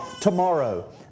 tomorrow